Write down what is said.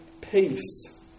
peace